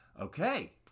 Okay